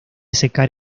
secar